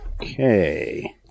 Okay